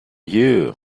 you